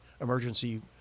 emergency